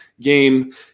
game